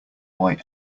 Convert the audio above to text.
why